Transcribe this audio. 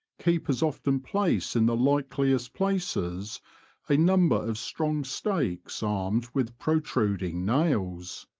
keepers often place in the likehest places a number of strong stakes armed with protruding nails.